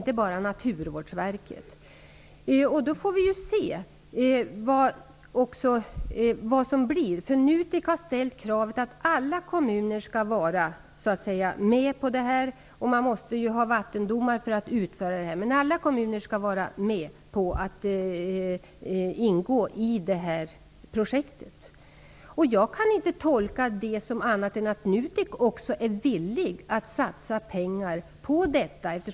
Inte bara Naturvårdsverket utan även NUTEK är inblandat. Vi får se vad som händer. NUTEK har ställt kravet att alla kommuner skall vara med på det här. Man måste visserligen ha vattendomar för att utföra det här men alla kommuner skall vara med på att ingå i projektet. Jag kan inte tolka det på annat sätt än att man i NUTEK är villig att satsa pengar.